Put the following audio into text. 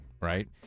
right